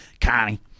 Connie